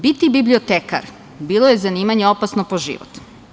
Biti bibliotekar bilo je zanimanje opasno po život.